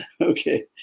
Okay